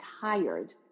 tired